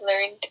learned